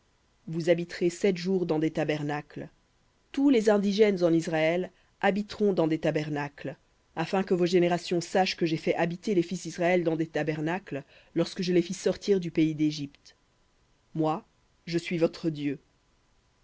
vous habiterez sept jours dans des tabernacles tous les indigènes en israël habiteront dans des tabernacles afin que vos générations sachent que j'ai fait habiter les fils d'israël dans des tabernacles lorsque je les fis sortir du pays d'égypte moi je suis l'éternel votre dieu